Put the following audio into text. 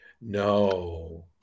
no